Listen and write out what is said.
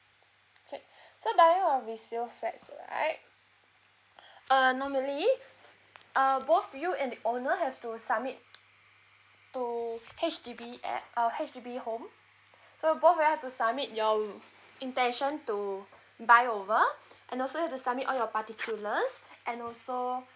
okay so buyer of resale flats right uh normally uh both of you and the owner have to submit to H_D_B at our H_D_B so both of you have to submit your intention to buy over and also have to submit all your particulars and also